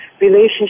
relationship